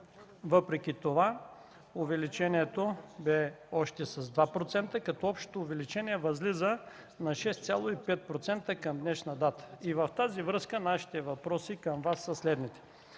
Въпреки това увеличението бе още с 2%, като общото увеличение възлиза на 6,5% към днешна дата. В тази връзка нашите въпроси към Вас са следните: